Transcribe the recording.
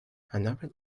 another